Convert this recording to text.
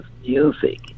music